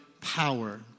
power